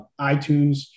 iTunes